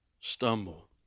stumble